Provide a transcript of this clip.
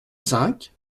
cinq